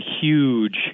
huge